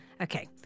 Okay